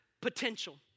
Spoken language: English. potential